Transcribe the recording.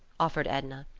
offered edna,